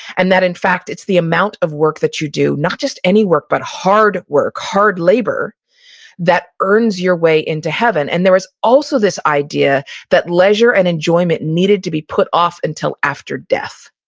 and that in fact it's the amount of work that you do. not just any work, but hard work, work, hard labor that earns your way into heaven. and there was also this idea that leisure and enjoyment needed to be put off until after death.